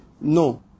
No